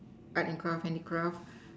art and craft handicraft